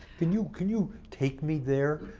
can you can you take me there?